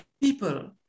people